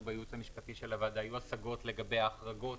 לנו בייעוץ המשפטי של הוועדה היו השגות לגבי ההחרגות